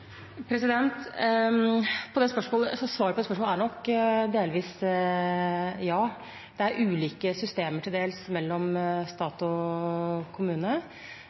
Svaret på det spørsmålet er nok delvis ja. Det er til dels ulike systemer mellom stat og kommune,